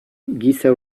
giza